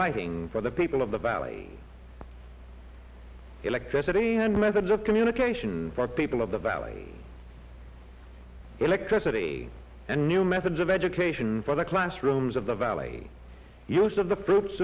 lighting for the people of the valley electricity had methods of communication for people of the valley electricity and new methods of education for the classrooms of the valley use of the fruits